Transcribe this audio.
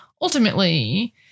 ultimately